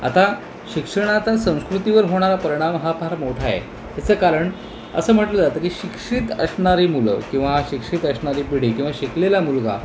आता शिक्षणात संस्कृतीवर होणारा परिणाम हा फार मोठा आहे याचं कारण असं म्हटलं जातं की शिक्षित असणारी मुलं किंवा शिक्षित असणारी पिढी किंवा शिकलेला मुलगा